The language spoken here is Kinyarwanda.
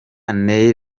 neil